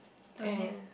don't have